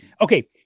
Okay